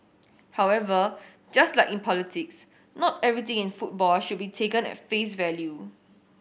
however just like in politics not everything in football should be taken at face value